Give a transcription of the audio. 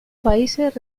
países